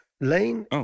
Lane